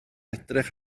edrych